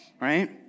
right